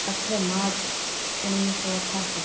अठ मार्च उणिवीह सौ अठासी